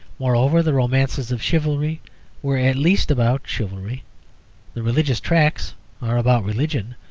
moreover, the romances of chivalry were at least about chivalry the religious tracts are about religion.